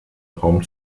raum